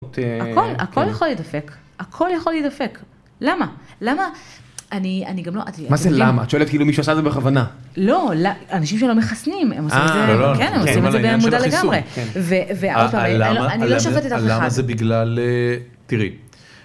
הכל יכול לדפק, הכל יכול לדפק, למה, למה, אני גם לא, מה זה למה? את שואלת כאילו מי שעשה את זה בכוונה. לא, אנשים שלא מכסנים, הם עושים את זה, הם עושים את זה בעניין של החיסון. ואני לא שופטת על כל אחד. למה זה בגלל, תראי.